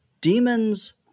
demons –